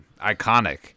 Iconic